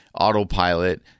autopilot